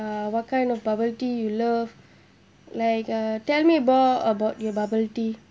uh what kind of bubble tea you love like uh tell me more about your bubble tea